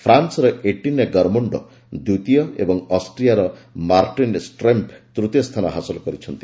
ଫ୍ରାନ୍ନର Etienne ଗରମୋଣ୍ଡ ଦ୍ୱିତୀୟ ଏବଂ ଅଷ୍ଟ୍ରିଆର ମାର୍ଟିନ ଷ୍ଟ୍ରେମ୍ପ ତୃତୀୟସ୍ଥାନ ହାସଲ କରିଛନ୍ତି